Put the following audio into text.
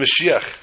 Mashiach